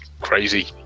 crazy